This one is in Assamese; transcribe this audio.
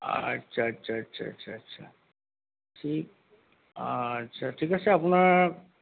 আচ্ছা আচ্ছা আচ্ছা আচ্ছা আচ্ছা ঠিক আচ্ছা ঠিক আছে আপোনাৰ